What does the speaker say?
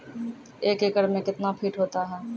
एक एकड मे कितना फीट होता हैं?